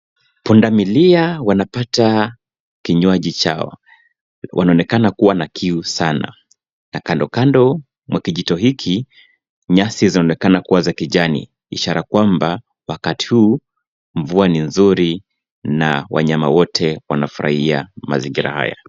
Punda milia wanapata kinywaji chao. Wanaonekana kuwa kiu sana na kando kando ya kijito hiki nyasi zinaonekana kuwa za kijani ishara kwamba wakati huu mvua ni nzuri na wanyama wote wanafurahia mazingira haya.